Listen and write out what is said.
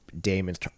Damon's